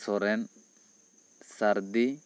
ᱥᱚᱨᱮᱱ ᱥᱟᱹᱨᱫᱤ